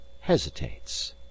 hesitates